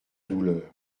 douleur